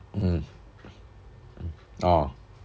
mm ah